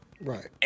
Right